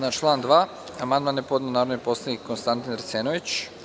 Na član 2. amandman je podneo narodni poslanik Konstantin Arsenović.